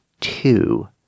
two